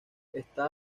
está